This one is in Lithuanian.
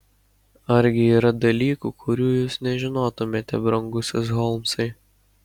argi yra dalykų kurių jūs nežinotumėte brangusis holmsai